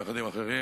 יחד עם אחרים,